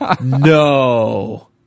No